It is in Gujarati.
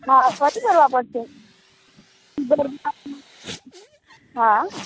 હા ફરી કરવા પડશે હા